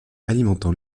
alimentant